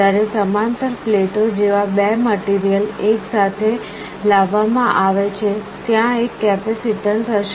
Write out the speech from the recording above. જ્યારે સમાંતર પ્લેટો જેવા બે મટીરીઅલ એક સાથે લાવવામાં આવે છે ત્યાં એક કેપેસિટન્સ હશે